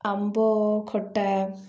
ଆମ୍ବ ଖଟା